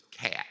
cat